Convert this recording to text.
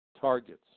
targets